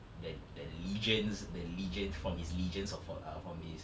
the the legions the legions from his legions of fol~ ah from his